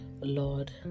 Lord